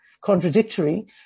contradictory